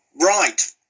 Right